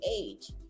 age